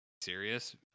serious